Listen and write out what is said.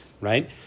right